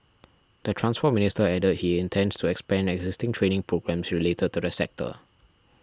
the Transport Minister added he intends to expand existing training programmes related to the sector